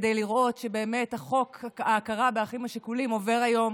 כדי לראות שהחוק להכרה באחים השכולים עובר היום